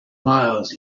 miles